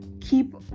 keep